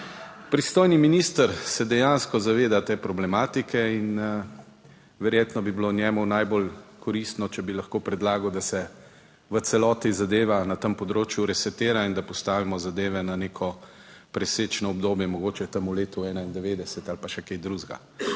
Pristojni minister se dejansko zaveda te problematike in verjetno bi bilo njemu najbolj koristno, če bi lahko predlagal, da se v celoti zadeva na tem področju resetira in da postavimo zadeve na neko presečno obdobje, mogoče tam v letu 1991 ali pa še kaj drugega.